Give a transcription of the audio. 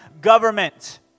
Government